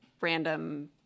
random